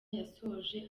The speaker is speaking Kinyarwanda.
yasoje